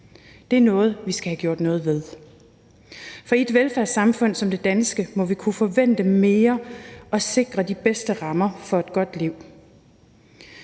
Det er noget, vi skal have gjort noget ved, for i et velfærdssamfund som det danske må vi kunne forvente mere og sikre de bedste rammer for et godt liv.